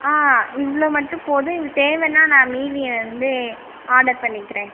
ஆ இவ்வளோ மட்டும் போதும் எனக்கு தேவைன்னா நான் மீதியை வந்து ஆடர் பண்ணிக்கிறேன்